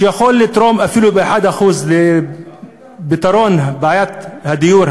שיכול לתרום אפילו ב-1% לפתרון בעיית הדיור,